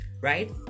Right